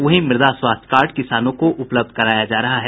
वहीं मृदा स्वास्थ्य कार्ड किसानों को उपलब्ध कराया जा रहा है